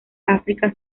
áfrica